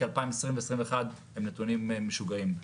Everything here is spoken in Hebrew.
כי מ-2020 ו-2021 הם נתונים משוגעים.